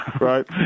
Right